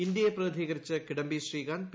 ഇൻഡ്യടെ പ്രതിനിധീകരിച്ച് കിഡംബി ശ്രീകാന്ത് പി